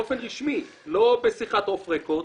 באופן רשמי, לא בשיחת אוף רקורד,